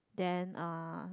then uh